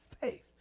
faith